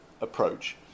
approach